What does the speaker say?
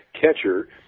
catcher